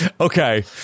Okay